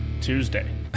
Tuesday